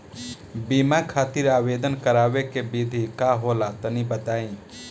बीमा खातिर आवेदन करावे के विधि का होला तनि बताईं?